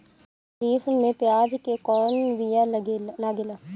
खरीफ में प्याज के कौन बीया लागेला?